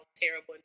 terrible